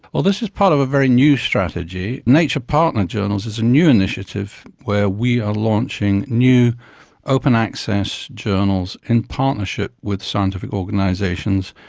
this is part of a very new strategy. nature partner journals is a new initiative where we are launching new open access journals in partnership with scientific organisations,